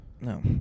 No